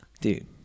dude